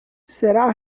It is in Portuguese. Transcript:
será